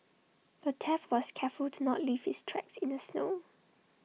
the thief was careful to not leave his tracks in the snow